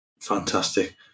Fantastic